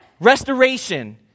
Restoration